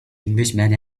englishman